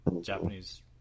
Japanese